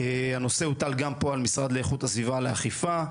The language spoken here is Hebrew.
הנושא הוטל גם פה על משרד לאיכות הסביבה לאכיפה,